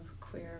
queer